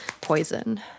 poison